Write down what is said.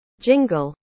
Jingle